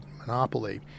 monopoly